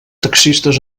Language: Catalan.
taxistes